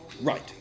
Right